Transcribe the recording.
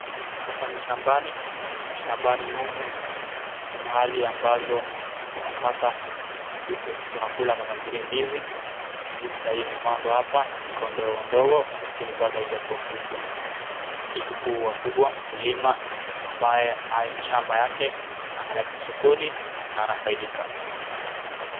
Hapa ni shambani. Shambani humu ni mahali ambazo tunapata vitu tunakula kama vile ndizi. Ndizi sai imepandwa apa iko ndogondogo lakini bado haijakuwa kubwa, ikikuwa kubwa mkulima ambaye haendi shamba yake analeta sokoni anafaidika.